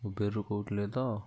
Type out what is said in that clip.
ଉବେର୍ରୁ କହୁଥିଲେ ତ